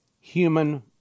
human